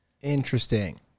Interesting